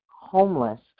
homeless